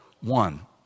One